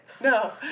No